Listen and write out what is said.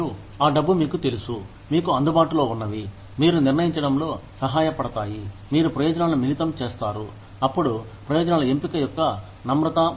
మరియు ఆ డబ్బు మీకు తెలుసు మీకు అందుబాటులో ఉన్నవి మీరు నిర్ణయించడంలో సహాయ పడతాయి మీరు ప్రయోజనాలను మిలితం చేస్తారు అప్పుడు ప్రయోజనాల ఎంపిక యొక్క నమ్రత